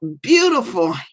beautiful